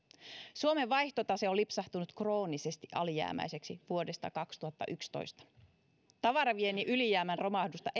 suomen vaihtotase on lipsahtanut kroonisesti alijäämäiseksi vuodesta kaksituhattayksitoista tavaraviennin ylijäämän romahdusta